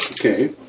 Okay